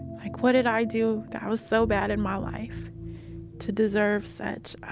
like, what did i do that was so bad in my life to deserve such